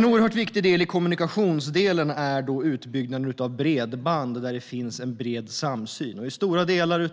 Mycket viktigt i kommunikationsdelen är utbyggnaden av bredband. Här finns en bred samsyn. I mycket av det